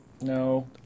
No